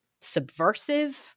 subversive